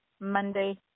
Monday